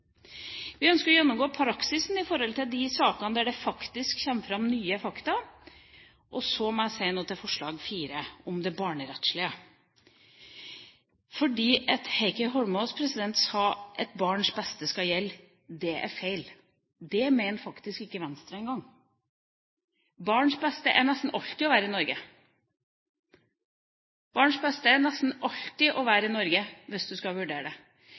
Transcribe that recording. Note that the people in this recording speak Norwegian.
Vi ønsker å gjennomgå praksisen i de sakene der det kommer fram nye fakta. Så må jeg si noe til forslag nr. 4, om det barnerettslige. Heikki Holmås sa at barns beste skal gjelde. Det er feil. Det mener faktisk ikke Venstre engang. Barns beste er nesten alltid å være i Norge, hvis man skal vurdere det.